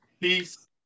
Peace